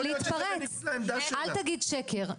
אל תגיד שקר.